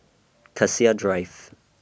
Cassia Drive